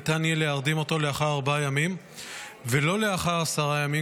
ניתן יהיה להרדים אותו לאחר ארבעה ימים ולא לאחר עשרה ימים,